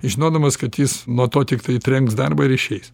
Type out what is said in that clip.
žinodamas kad jis nuo to tiktai trenks darbą ir išeis